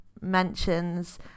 mentions